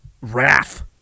wrath